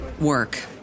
work